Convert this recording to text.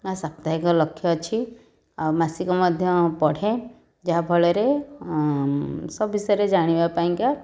ବା ସାପ୍ତାହିକ ଲକ୍ଷ୍ୟ ଅଛି ଆଉ ମାସିକ ମଧ୍ୟ ପଢ଼େ ଯାହା ଫଳରେ ସବୁ ବିଷୟରେ ଜାଣିବା ପାଇଁକା